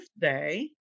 day